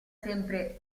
sempre